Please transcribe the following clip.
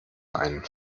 einen